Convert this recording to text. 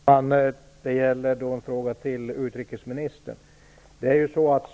Fru talman! Det gäller en fråga till utrikesministern.